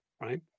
right